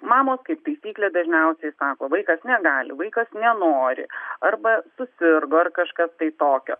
mamos kaip taisyklė dažniausiai sako vaikas negali vaikas nenori arba susirgo ar kažkas tai tokio